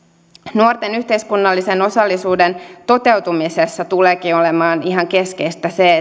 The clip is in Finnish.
nuorten yhteiskunnallisen osallisuuden toteutumisessa tuleekin olemaan ihan keskeistä se